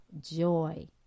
joy